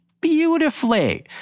beautifully